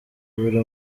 biri